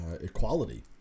equality